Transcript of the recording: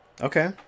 Okay